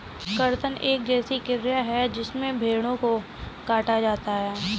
कर्तन एक ऐसी क्रिया है जिसमें भेड़ों को काटा जाता है